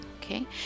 okay